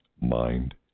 Mind